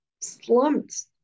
slumped